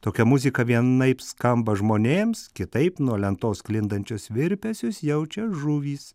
tokia muzika vienaip skamba žmonėms kitaip nuo lentos sklindančius virpesius jaučia žuvys